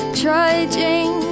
trudging